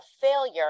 failure